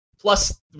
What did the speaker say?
plus